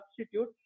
substitute